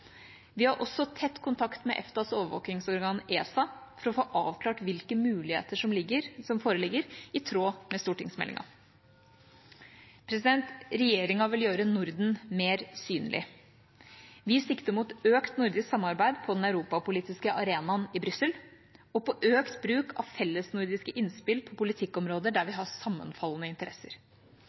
Vi har også tett kontakt med EFTAs overvåkingsorgan, ESA, for å få avklart hvilke muligheter som foreligger, i tråd med stortingsmeldinga. Regjeringa vil gjøre Norden mer synlig. Vi sikter mot økt nordisk samarbeid på den europapolitiske arenaen i Brussel og mot økt bruk av fellesnordiske innspill på politikkområder der vi har sammenfallende interesser.